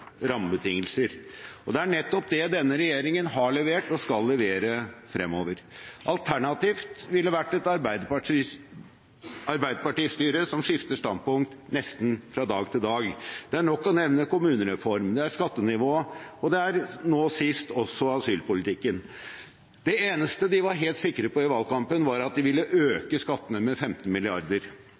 rammebetingelser. Det er nettopp det denne regjeringen har levert og skal levere fremover. Alternativet ville vært et Arbeiderparti-styre som skifter standpunkt nesten fra dag til dag. Det er nok å nevne kommunereform, skattenivå og nå sist også asylpolitikken. Det eneste de var helt sikre på i valgkampen, var at de ville øke skattene med 15